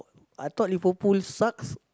I thought Liverpool sucks